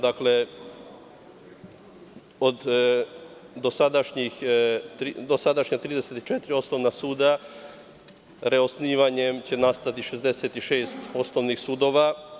Dakle, od dosadašnja 34 osnovna suda reosnivanjem će nastati 66 osnovnih sudova.